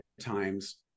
times